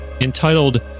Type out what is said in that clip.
entitled